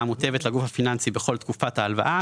המוטבת לגוף הפיננסי בכל תקופת ההלוואה,